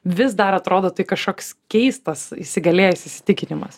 vis dar atrodo tai kažkoks keistas įsigalėjęs įsitikinimas